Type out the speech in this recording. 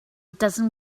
dozen